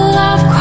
love